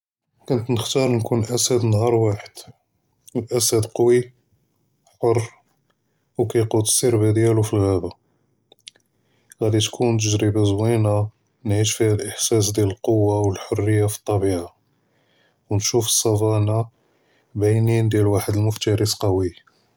כֻּנְת נְחְ'תַאר נְכוּן אַסַד נְהַאר וָאחֵד, אַלְאַסַד קְוִי חֻר וּכַיְקוּד אֶסְּרְבּ דִּיַאלוּ פֶּאלְעַאבָּה, גַ'אִי תְכוּן תַגְ'רִבַּה זְוִינָה נְעִיש פִיהָ אֶלְאִחְ'סַאס דִּיַאל אֶלְקֻוָּה וְאֶלְחְרִיַּה פֶּאלְטַבִּיעַה וּנְשׁוּף אֶסַּפַאנַא בְּעֵינֵין דִּיַאל וָאחֵד אֶלְמוּפְתַרֶס אֶלְקְוִי.